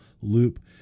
loop